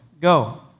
go